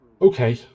Okay